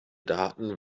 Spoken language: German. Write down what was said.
daten